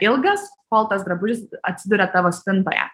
ilgas kol tas drabužis atsiduria tavo spintoje